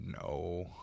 No